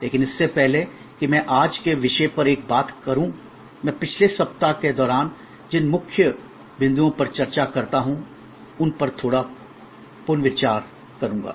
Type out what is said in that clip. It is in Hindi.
लेकिन इससे पहले कि मैं आज के विषय पर एक बात करूं मैं पिछले सप्ताह के दौरान जिन मुख्य बिंदुओं पर चर्चा करता हूं उन पर थोड़ा पुनर्विचार करूंगा